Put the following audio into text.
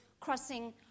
crossing